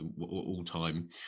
all-time